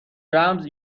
رمز